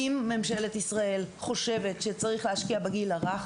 אם ממשלת ישראל חושבת שצריך להשקיע בגיל הרך,